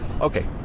Okay